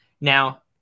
Now